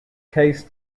case